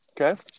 Okay